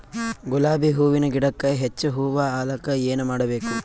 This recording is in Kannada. ಗುಲಾಬಿ ಹೂವಿನ ಗಿಡಕ್ಕ ಹೆಚ್ಚ ಹೂವಾ ಆಲಕ ಏನ ಮಾಡಬೇಕು?